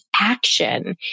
action